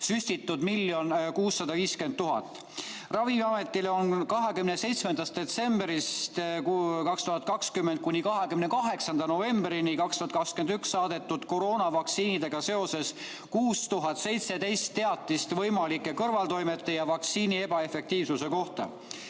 süstitud 1 650 000. Ravimiametile on 27. detsembrist 2020 kuni 28. novembrini 2021 saadetud koroonavaktsiinidega seoses 6017 teatist võimalike kõrvaltoimete ja vaktsiini ebaefektiivsuse kohta,